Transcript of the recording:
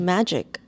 Magic